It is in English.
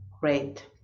great